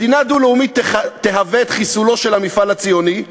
מדינה דו-לאומית תהווה את חיסולו של המפעל הציוני,